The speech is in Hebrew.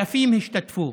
אלפים השתתפו.